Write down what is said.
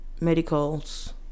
medicals